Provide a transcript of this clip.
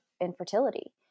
infertility